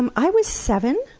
um i was seven,